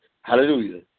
hallelujah